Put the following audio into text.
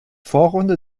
vorrunde